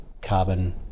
carbon